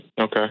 Okay